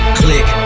click